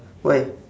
why